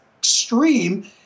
extreme